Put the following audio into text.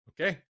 Okay